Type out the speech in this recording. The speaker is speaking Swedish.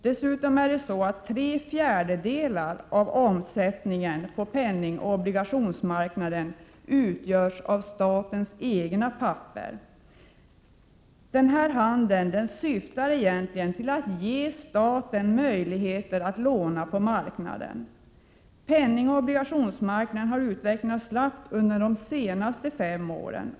Dessutom utgörs tre fjärdedelar av omsättningen på penningoch obligationsmarknaden av statens egna papper. Den här handeln syftar egentligen till att ge staten möjligheter att låna på marknaden. Penningoch obligationsmarknaden har utvecklats snabbt under de senaste fem åren.